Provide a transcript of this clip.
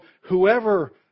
whoever